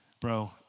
bro